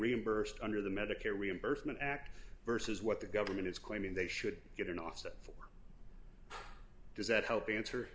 reimbursed under the medicare reimbursement act versus what the government is claiming they should get an oscar for does that help answer